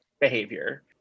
behavior